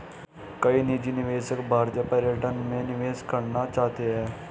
कई निजी निवेशक भारतीय पर्यटन में निवेश करना चाहते हैं